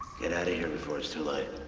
get out of here before it's too late.